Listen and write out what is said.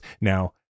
Now